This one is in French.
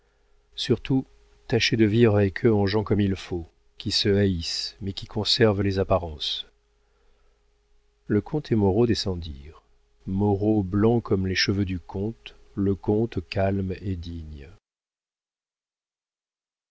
surtout tâchez de vivre avec eux en gens comme il faut qui se haïssent mais qui conservent les apparences le comte et moreau descendirent moreau blanc comme les cheveux du comte le comte calme et digne